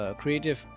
creative